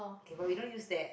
okay but we don't use that